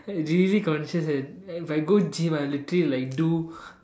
I really conscious and if I go gym I will literally like do